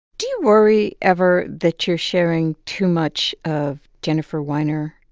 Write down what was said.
do you worry ever that you're sharing too much of jennifer weiner